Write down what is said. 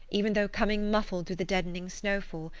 even though coming muffled through the deadening snowfall,